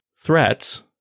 threats